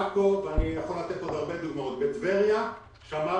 עכו ואני יכול לתת עוד המון דוגמאות בטבריה שמרנו